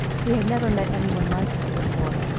he had never met any one like her before.